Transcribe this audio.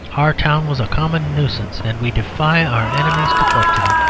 our town was a common nuisance and we defy our enemies to question it.